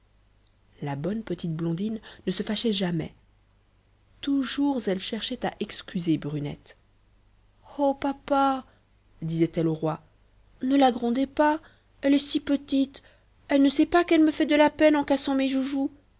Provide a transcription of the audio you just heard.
la bonne petite blondine ne se fâchait jamais toujours elle cherchait à excuser brunette oh papa disait-elle au roi ne la grondez pas elle est si petite elle ne sait pas qu'elle me fait de la peine en cassant mes joujoux